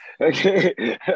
Okay